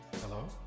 Hello